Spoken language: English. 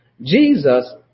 Jesus